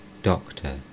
Doctor